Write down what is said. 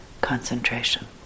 concentration